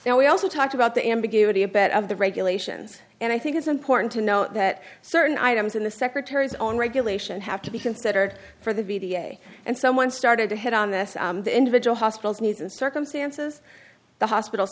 and we also talked about the ambiguity about of the regulations and i think it's important to note that certain items in the secretary's own regulation have to be considered for the b d a and someone started to hit on this individual hospitals news and circumstances the hospital